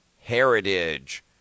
Heritage